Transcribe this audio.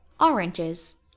oranges